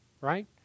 Right